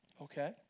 okay